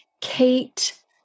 Kate